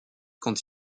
quand